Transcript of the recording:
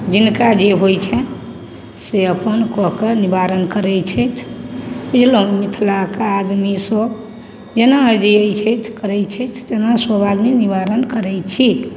जिनका जे होइ छनि से अपन कऽके निवारण करै छथि बुझलहुँ मिथिलाके आदमीसभ जेना जिए छथि करै छथि तेना सभ आदमी निवारण करै छी